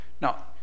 Now